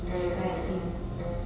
mm mm mm mm